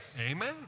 Amen